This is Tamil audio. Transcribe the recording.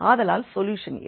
ஆதலால் சொல்யூஷன் இல்லை